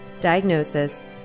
diagnosis